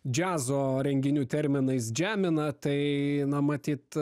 džiazo renginių terminais džemina tai na matyt